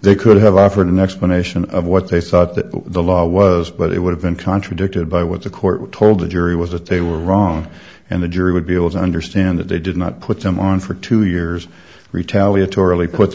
they could have offered an explanation of what they thought that the law was but it would have been contradicted by what the court told the jury was that they were wrong and the jury would be able to understand that they did not put them on for two years retaliatory put